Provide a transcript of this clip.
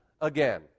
again